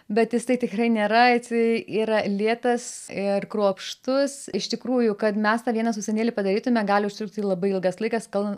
bet jisai tikrai nėra jisai yra lėtas ir kruopštus iš tikrųjų kad mes tą vieną sausainėlį padarytume gali užtrukti labai ilgas laikas kol